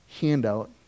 handout